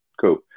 Cool